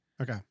Okay